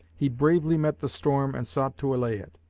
he bravely met the storm and sought to allay it.